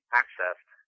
accessed